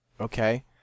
okay